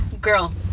girl